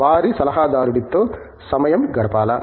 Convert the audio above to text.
వారి సలహాదారుడితో సమయం గడపాలా